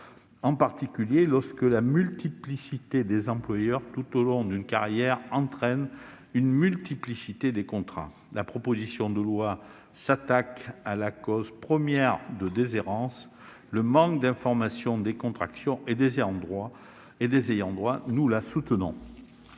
en particulier lorsque la multiplicité des employeurs tout au long d'une carrière entraîne une multiplicité des contrats. La présente proposition de loi s'attaque à la cause première de déshérence : le manque d'information des contractants et des ayants droit. Nous la soutenons.